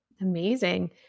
Amazing